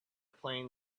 playing